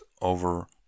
over